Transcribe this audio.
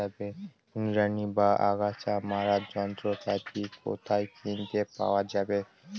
নিড়ানি বা আগাছা মারার যন্ত্রপাতি কোথায় কিনতে পাওয়া যাবে?